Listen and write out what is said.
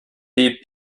piep